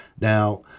Now